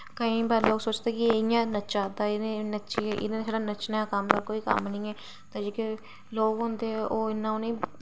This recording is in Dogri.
केईं बारी ओह् इं'या सोचदे कि ओह् इं'या नच्चा दा इ'नें छड़ा नच्चने दा कम्म ऐ होर कोई कम्म निं ऐ ते जेह्के लोग होंदे ओह् इन्ना उ'नेंगी